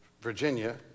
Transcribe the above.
Virginia